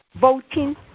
voting